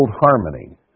harmony